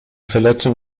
verletzung